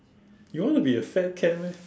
you wanna be a fat cat meh